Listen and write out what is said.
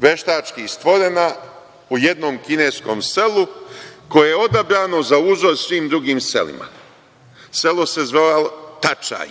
veštački stvorena u jednom kineskom selu koje je odabrano za uzor svim drugim selima. Selo se zvalo Tačaj.